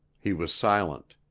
he was silent.